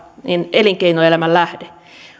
elinkeinoelämän lähde